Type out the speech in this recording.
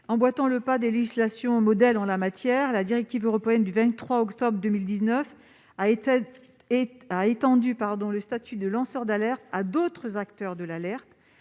Emboîtant le pas des législations modèles en la matière, la directive européenne du 23 octobre 2019 a étendu le statut de lanceur d'alerte à d'autres acteurs du processus